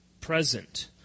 present